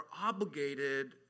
obligated